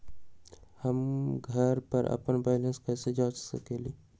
हम घर पर अपन बैलेंस कैसे जाँच कर सकेली?